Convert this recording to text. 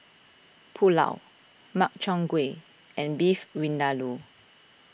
Pulao Makchang Gui and Beef Vindaloo